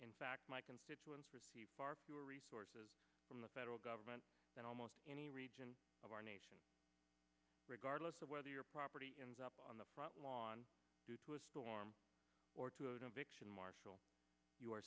in fact my constituents far fewer resources from the federal government than almost any region of our nation regardless of whether your property is up on the front lawn due to a storm or to a vixen marshall you are